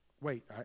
Wait